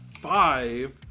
five